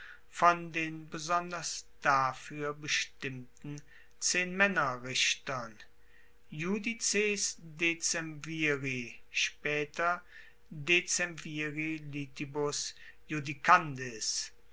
von den besonders dafuer bestimmten zehnmaenner richtern